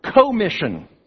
commission